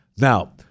Now